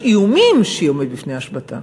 יש איומים שהיא עומדת בפני השבתה.